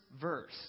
verse